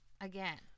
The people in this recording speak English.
again